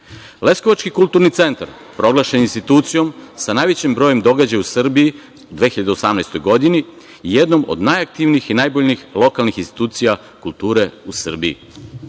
kotira. Leskovački kulturni centar proglašen je institucijom sa najvećim brojem događaja u Srbiji u 2018. godini, jednom od najaktivnijih i najboljih lokalnih institucija kulture u